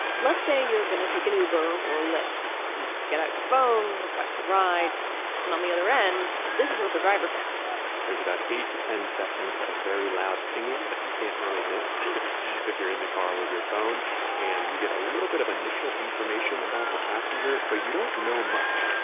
let's say you're going to take an uber or a lift you get out your phone request the ride and on the other end. this is what the driver gets there's about eight to ten seconds of very loud pinging but you can't really miss if you're in the car with your phone and you get a little bit of initial information about the passenger but you don't know much